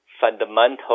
fundamental